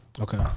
okay